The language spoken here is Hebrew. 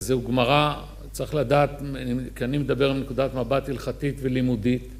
זהו גמרא, צריך לדעת, כי אני מדבר על נקודת מבט הלכתית ולימודית